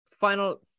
final